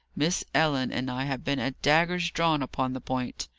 miss ellen and i have been at daggers-drawn upon the point.